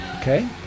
Okay